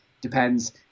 depends